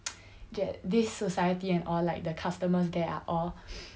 that this society and all like the customers there are all